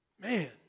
Man